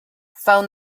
phone